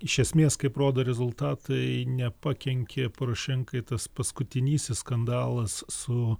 iš esmės kaip rodo rezultatai nepakenkė porošenkai tas paskutinysis skandalas su